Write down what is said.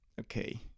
okay